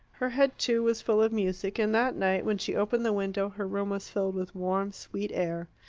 her head, too, was full of music, and that night when she opened the window her room was filled with warm, sweet air.